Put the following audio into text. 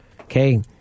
okay